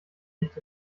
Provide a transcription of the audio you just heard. nicht